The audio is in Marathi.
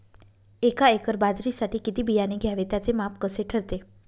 एका एकर बाजरीसाठी किती बियाणे घ्यावे? त्याचे माप कसे ठरते?